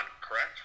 correct